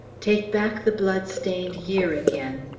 take back the blood-stained year again,